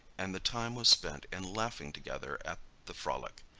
and the time was spent in laughing together at the frolic.